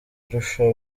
arusha